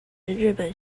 日本